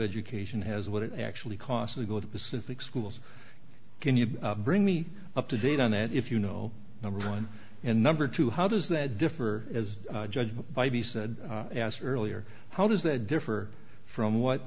education has what it actually costs to go to pacific schools can you bring me up to date on it if you know number one and number two how does that differ as judged by the said asked earlier how does that differ from